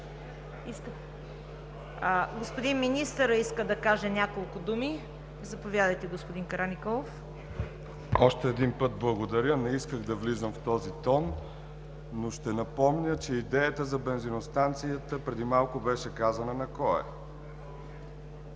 Господин министърът иска да каже няколко думи. Заповядайте, господин Караниколов. МИНИСТЪР ЕМИЛ КАРАНИКОЛОВ: Още един път благодаря. Не исках да влизам в този тон, но ще напомня, че идеята за бензиностанциите преди малко беше казана на кого